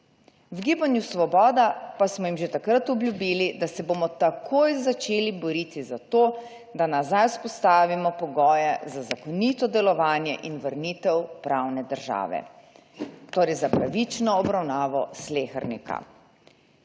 V gibanju Svoboda pa smo jim že takrat obljubili, da se bomo takoj začeli boriti za to, da nazaj vzpostavimo pogoje za zakonito delovanje in vrnitev pravne države, torej za pravično obravnavo slehernika.